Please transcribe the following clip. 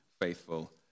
Faithful